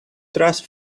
trust